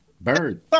bird